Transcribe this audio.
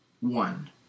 One